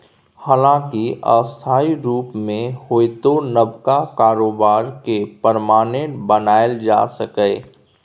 हालांकि अस्थायी रुप मे होइतो नबका कारोबार केँ परमानेंट बनाएल जा सकैए